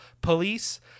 police